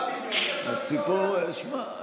שמע,